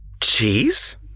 Cheese